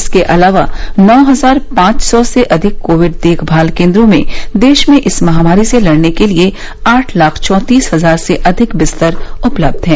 इसके अलावा नौ हजार पांच सौ से अधिक कोविड देखभाल केंद्रो में देश में इस महामारी से लड़ने के लिए आठ लाख चौतीस हजार से अधिक बिस्तर उपलब्ध हैं